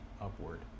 upward